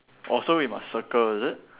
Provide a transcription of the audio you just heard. oh so we must circle is it